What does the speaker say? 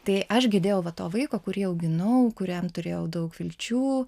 tai aš girdėjau va to vaiko kurį auginau kuriam turėjau daug vilčių